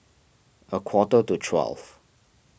a quarter to twelve